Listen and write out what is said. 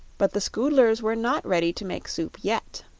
but the scoodlers were not ready to make soup yet.